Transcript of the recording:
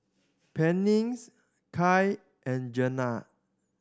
Pennies Kai and Jenna